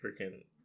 freaking